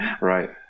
Right